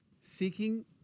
seeking